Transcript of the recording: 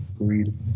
Agreed